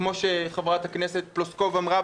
כמו שחברת הכנסת פלוסקוב אמרה,